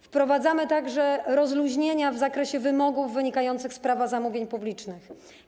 Wprowadzamy także rozluźnienia w zakresie wymogów wynikających z Prawa zamówień publicznych.